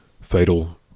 fatal